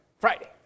Friday